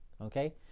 okay